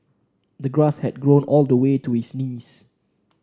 the grass had grown all the way to his knees